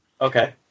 Okay